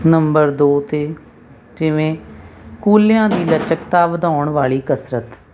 number ਦੋ 'ਤੇ ਜਿਵੇਂ ਕੂਲ੍ਹਿਆਂ ਦੀ ਲਚਕਤਾ ਵਧਾਉਣ ਵਾਲੀ ਕਸਰਤ